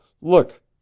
Look